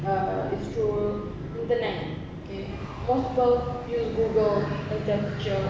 err is through internet okay most people use google as their teacher